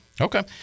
Okay